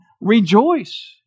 rejoice